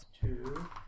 Two